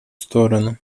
сторону